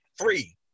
Three